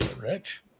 rich